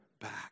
back